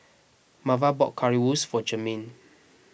Marva bought Currywurst for Jermain